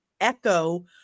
echo